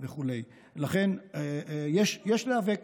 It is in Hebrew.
לכן יש להיאבק.